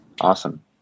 Awesome